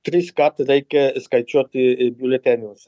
triskart reikia skaičiuoti ir biuletenius